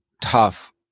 tough